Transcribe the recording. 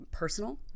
personal